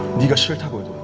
you can start